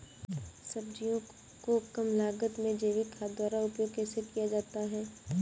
सब्जियों को कम लागत में जैविक खाद द्वारा उपयोग कैसे किया जाता है?